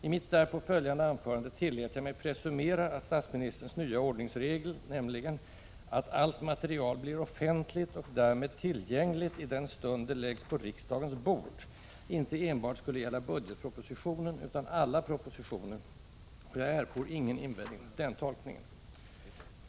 I mitt därpå följande anförande tillät jag mig att presumera att statsministerns nya ordningsregel, nämligen att ”allt material blir offentligt, och därmed tillgängligt, i den stund det läggs på riksdagens bord”, inte enbart skulle gälla budgetpropositionen utan alla propositioner, och jag erfor ingen invändning mot den tolkningen.